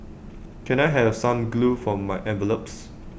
can I have some glue for my envelopes